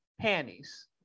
panties